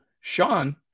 Sean